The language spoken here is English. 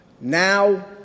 Now